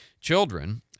children